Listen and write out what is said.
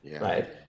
Right